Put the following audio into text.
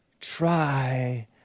Try